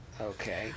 Okay